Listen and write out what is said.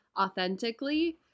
authentically